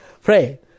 Pray